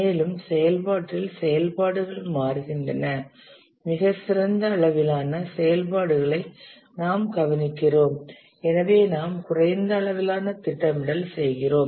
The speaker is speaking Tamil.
மேலும் செயல்பாட்டில் செயல்பாடுகள் மாறுகின்றன மிகச் சிறந்த அளவிலான செயல்பாடுகளை நாம் கவனிக்கிறோம் எனவே நாம் குறைந்த அளவிலான திட்டமிடல் செய்கிறோம்